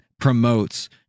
promotes